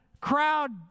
crowd